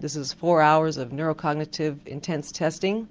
this is four hours of neuro-cognitive intense testing